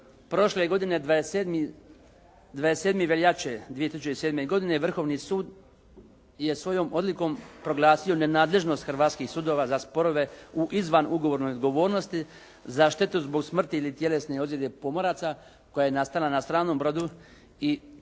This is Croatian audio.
prošle godine 27. veljače 2007. Vrhovni sud je svojom odlukom proglasio ne nadležnost hrvatskih sudova za sporove u izvan ugovornoj odgovornosti za štetu zbog smrti ili tjelesne ozljede pomoraca koja je nastala na stranom brodu. I time